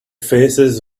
faces